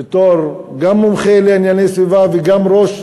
בתור גם מומחה לארגוני סביבה וגם ראש